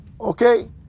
okay